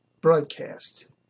broadcast